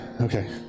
okay